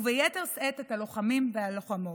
וביתר שאת את הלוחמים והלוחמות.